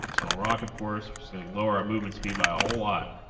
small rock of course we're just gonna lower our movement speed by a whole lot